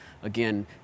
Again